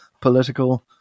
political